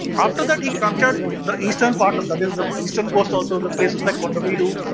after that he captured the eastern part, but that is the eastern coast also, the places like kondaveedu,